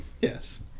Yes